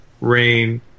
rain